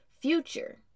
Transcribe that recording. future